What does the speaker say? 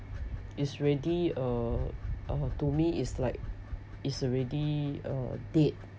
is already uh to me is like it's already uh dead